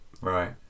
Right